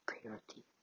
purity